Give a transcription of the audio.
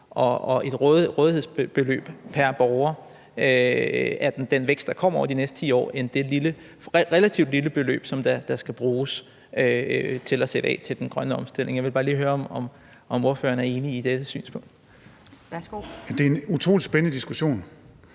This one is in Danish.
større rådighedsbeløb pr. borger af den vækst, der kommer over de næste 10 år, end det relativt lille beløb, der skal bruges til at sætte af til den grønne omstilling. Jeg vil bare lige høre, om ordføreren er enig i dette synspunkt. Kl. 12:53 Anden næstformand